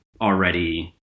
already